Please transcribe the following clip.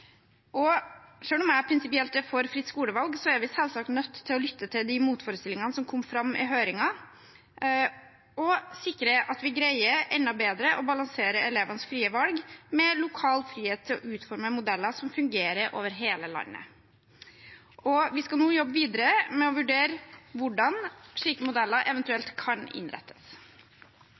om jeg prinsipielt er for fritt skolevalg, er vi selvsagt nødt til å lytte til de motforestillingene som kom fram i høringen, og sikre at vi greier – enda bedre – å balansere elevenes frie valg med lokal frihet til å utforme modeller som fungerer over hele landet. Vi skal nå jobbe videre med å vurdere hvordan slike modeller eventuelt kan innrettes,